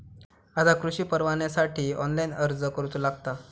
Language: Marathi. आता कृषीपरवान्यासाठी ऑनलाइन अर्ज करूचो लागता